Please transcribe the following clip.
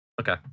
Okay